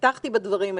פתחתי בדברים האלה,